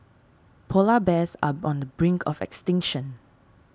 Polar Bears are on the brink of extinction